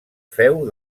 feu